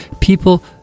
People